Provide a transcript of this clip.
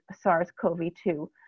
SARS-CoV-2